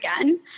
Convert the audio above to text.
again